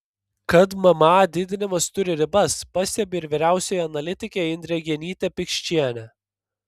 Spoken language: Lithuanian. kad mma didinimas turi ribas pastebi ir vyriausioji analitikė indrė genytė pikčienė